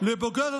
לבוגר